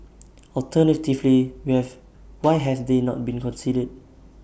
alternatively we have why have they not been considered